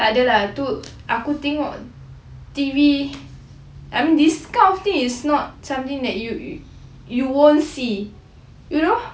takde lah tu aku tengok T_V I mean this kind of thing is not something that you won't see